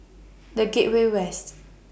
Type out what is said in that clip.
The Gateway West